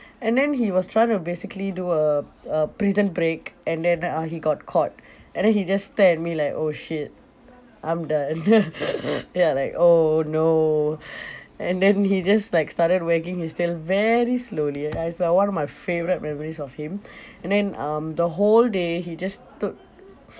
and then he was trying to basically do a a prison break and then uh he got caught and then he just stared at me like oh shit I'm the and uh ya like oh no and then he just like started wagging his tail very slowly ah it's like one of my favourite memories of him and then um the whole day he just stood